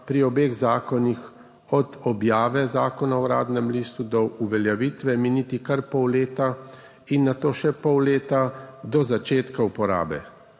pri obeh zakonih od objave zakona v Uradnem listu do uveljavitve miniti kar pol leta in nato še pol leta do začetka uporabe,